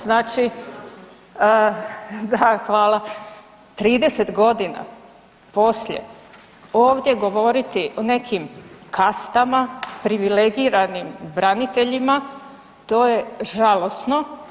Znači, …… [[Upadica se ne razumije.]] Da hvala, 30 godina poslije ovdje govoriti o nekim kastama, privilegiranim braniteljima to je žalosno.